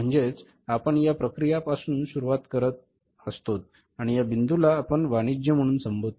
म्हणजे आपण या प्रक्रिया पासून सुरवात करत पाहतो आणि या बिंदू ला आपण वाणिज्य म्हणून संबोधतो